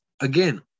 again